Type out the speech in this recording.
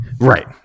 Right